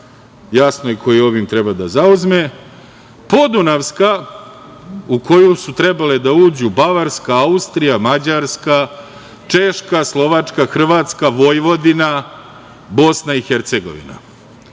jasno, ko i ovim treba da zauzme, Podunavska u koju su trebale da uđu Bavarska, Austrija, Mađarska, Češka, Slovačka, Hrvatska, Vojvodina, BiH,